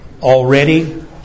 already